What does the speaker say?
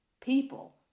people